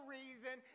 reason